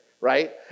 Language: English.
right